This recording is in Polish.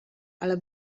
ale